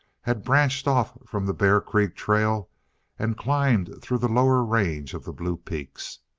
had branched off from the bear creek trail and climbed through the lower range of the blue peaks.